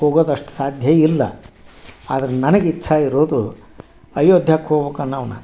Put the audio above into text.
ಹೋಗೋದು ಅಷ್ಟು ಸಾಧ್ಯ ಇಲ್ಲ ಆದ್ರೆ ನನಗೆ ಇಚ್ಛೆ ಇರೋದು ಅಯೋಧ್ಯಕ್ಕೆ ಹೋಗ್ಬೇಕ್ ಅನ್ನವ್ನ